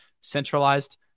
centralized